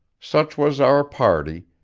such was our party,